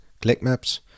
clickmaps